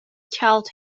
caught